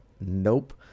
Nope